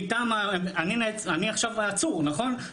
אני עכשיו עצור, נכון?